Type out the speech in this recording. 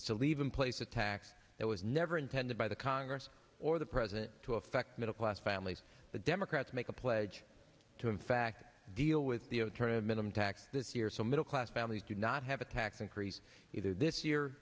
to leave in place attack that was never intended by the congress or the president to affect middle class families the democrats make a pledge to in fact deal with the zero turned a minimum tax this year so middle class families do not have a tax increase either this year